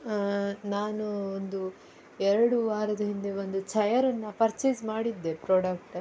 ನಾನು ಒಂದು ಎರಡು ವಾರದ ಹಿಂದೆ ಒಂದು ಚೇಯರನ್ನ ಪರ್ಚೇಸ್ ಮಾಡಿದ್ದೆ ಪ್ರಾಡಕ್ಟ